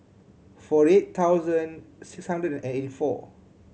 forty eight thousand six hundred and eighty four